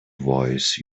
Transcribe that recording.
voice